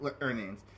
earnings